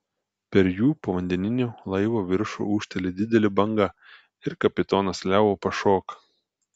per jų povandeninio laivo viršų ūžteli didelė banga ir kapitonas leo pašoka